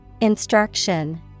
Instruction